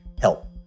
help